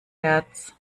herz